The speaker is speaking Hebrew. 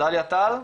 דליה טל?